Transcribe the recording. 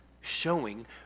showing